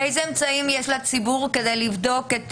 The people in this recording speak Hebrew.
ואילו אמצעים יש לציבור כדי לבדוק את